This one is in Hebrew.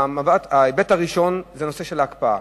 ההיבט הראשון זה נושא של הקפאה,